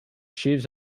sheaves